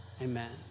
Amen